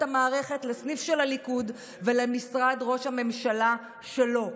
המערכת לסניף של הליכוד ושל משרד ראש הממשלה שלו,